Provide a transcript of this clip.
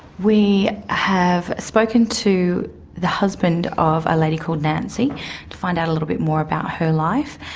we have spoken to the husband of a lady called nancy to find out a little bit more about her life,